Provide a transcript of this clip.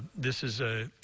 this is ah